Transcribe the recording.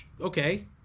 Okay